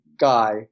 guy